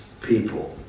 people